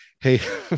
Hey